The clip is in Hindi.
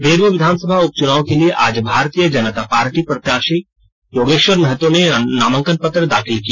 बेरमो विधानसभा उपचुनाव के लिए आज भारतीय जनता पार्टी प्रत्याशी योगेश्वर महतो ने नामांकन पत्र दाखिल किया